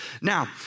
Now